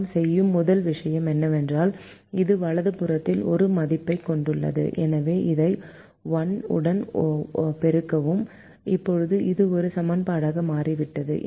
நாம் செய்யும் முதல் விஷயம் என்னவென்றால் இது வலது புறத்தில் ஒரு மதிப்பைக் கொண்டுள்ளது எனவே இதை 1 உடன் பெருக்கவும் இப்போது இது ஒரு சமன்பாடாக மாறிவிட்டது